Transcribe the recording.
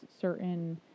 certain